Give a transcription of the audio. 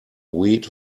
weed